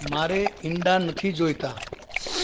મારે ઈંડા નથી જોઈતા